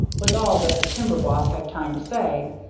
was all that the timber boss had time to say.